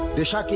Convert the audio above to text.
disha.